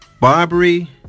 Barbary